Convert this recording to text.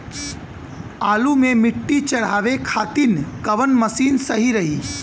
आलू मे मिट्टी चढ़ावे खातिन कवन मशीन सही रही?